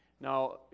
Now